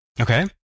Okay